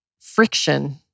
friction